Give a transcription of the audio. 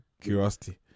curiosity